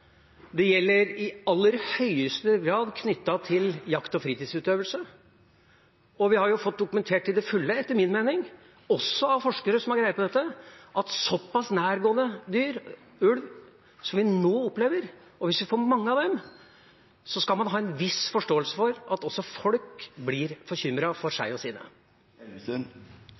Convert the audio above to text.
Det gjelder skade på beitedyr utenfor sonen, det gjelder i aller høyeste grad jakt og fritidsutøvelse, og vi har etter min mening fått dokumentert til fulle, også av forskere som har greie på dette, at hvis vi får såpass mange nærgående dyr – ulv – som vi nå opplever, skal man ha en viss forståelse for at folk blir bekymret for seg og